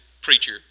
preacher